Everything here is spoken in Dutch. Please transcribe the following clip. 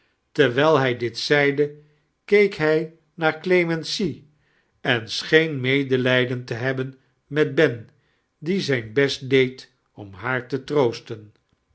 missen teirwijl'hij dit zeddei keek hij naair clemency en scheem medelijden te hebbein met ben die zijn beet deed om haar te troobten